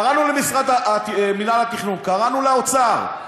קראנו למינהל התכנון, קראנו לאוצר.